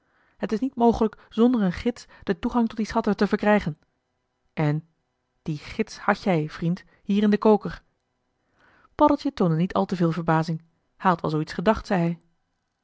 het is niet mogelijk zonder een gids den toegang tot die schatten te verkrijgen en dien gids had jij vriend hier in den koker paddeltje toonde niet al te veel verbazing hij had wel zoo iets gedacht zei